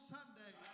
Sunday